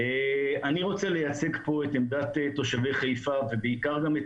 אני רוצה לייצג כאן את עמדת תושבי חיפה ובעיקר גם את